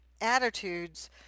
attitudes